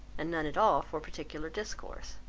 and none at all for particular discourse.